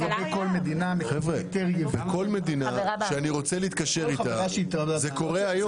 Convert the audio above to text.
כל מדינה שאני רוצה להתקשר איתה, זה קורה היום.